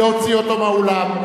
להוציא אותו מהאולם.